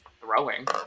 throwing